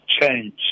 change